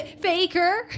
Faker